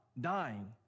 dying